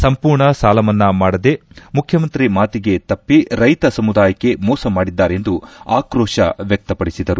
ಸಂಪೂರ್ಣ ಸಾಲಮನ್ನಾ ಮಾಡದೇ ಮುಖ್ಯಮಂತ್ರಿ ಮಾತಿಗೆ ತಪ್ಪ ರೈತ ಸಮುದಾಯಕ್ಕೆ ಮೋಸ ಮಾಡಿದ್ದಾರೆಂದು ಆಕ್ರೋಶ ವ್ಯಕ್ತಪಡಿಸಿದರು